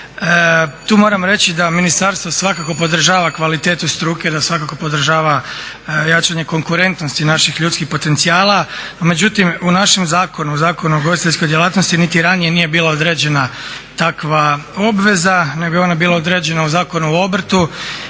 tu moram reći da ministarstvo svakako podržava kvalitetu struke, da svakako podržava jačanje konkurentnosti naših ljudskih potencijala. No međutim, u našem zakonu, u Zakonu o ugostiteljskoj djelatnosti niti ranije nije bila određena takva obveza nego je ona bila određena u Zakonu o obrtu